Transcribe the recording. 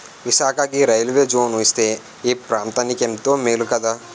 విశాఖకి railway zone ఇస్తే ఈ ప్రాంతనికెంతో మేలు కదా